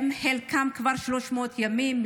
חלקם משרתים כבר 300 ימים.